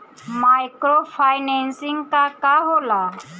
Micro financing का होला?